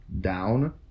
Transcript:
down